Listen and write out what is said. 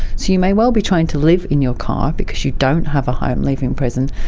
so you may well be trying to live in your car because you don't have a home leaving prison,